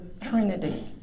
Trinity